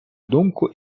думку